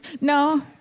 No